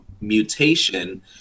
mutation